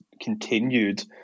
continued